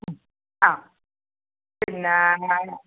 ആ പിന്നെ